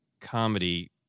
comedy